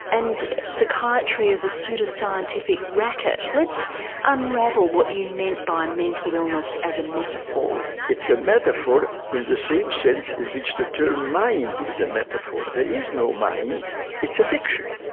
and psychiatry as a pseudo scientific racket. let's unravel what you meant by mental illness as a metaphor. it's a metaphor in the same sense in which the term mind is a metaphor. there is no mind it's a fiction,